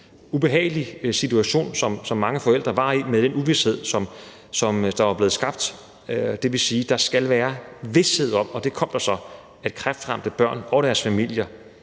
ubehagelig situation, som mange forældre var i med den uvished, der var blevet skabt. Det vil sige, at der skal være vished om, at der fortsat vil være kræftbehandling for kræftramte børn og deres familier